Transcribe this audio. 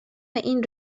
این